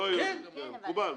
לא יהודי, מקובל.